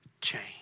change